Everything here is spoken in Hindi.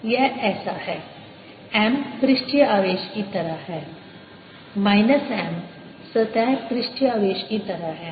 यह ऐसा है M पृष्ठीय आवेश की तरह है माइनस M सतह पृष्ठीय आवेश की तरह है